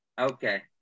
Okay